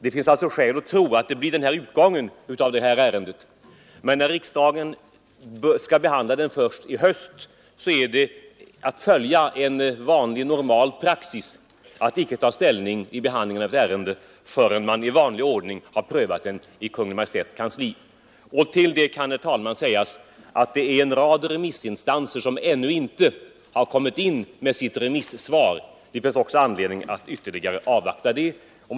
Det finns alltså skäl att tro att det blir den utgången av detta ärende, men när vi vill att riksdagen skall behandla frågan först i höst är det att följa en vanlig normal praxis att inte ta ställning till behandlingen av utredningar förrän man har prövat dem i vederbörande departement. Till detta kan fogas att en rad remissinstanser ännu inte har kommit in med sina svar. Det finns anledning att också avvakta dem. Herr talman!